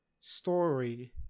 story